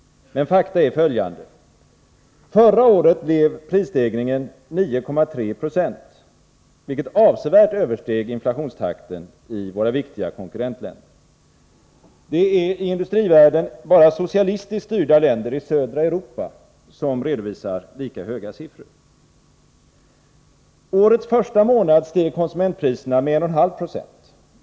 Men fakta är följande. Förra året blev prisstegringen 9,3 96, vilket avsevärt översteg inflationstakteni våra viktiga konkurrentländer. Det är i industrivärlden bara socialistiskt styrda länder i södra Europa som redovisar lika höga siffror. Under årets första månad steg konsumentpriserna med 1,5 90.